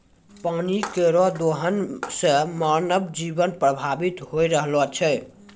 पानी केरो दोहन सें मानव जीवन प्रभावित होय रहलो छै